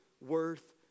worth